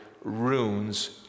ruins